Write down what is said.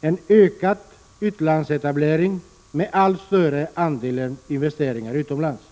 en ökad utlandsetablering med allt större andel investeringar utomlands.